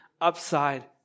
upside